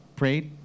prayed